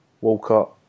Walcott